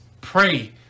pray